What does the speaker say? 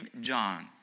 John